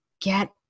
get